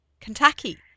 Kentucky